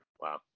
Wow